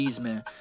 man